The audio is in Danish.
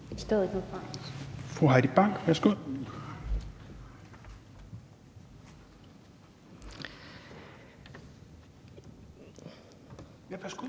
Fru Heidi Bank, værsgo. Kl.